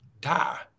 die